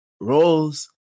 roles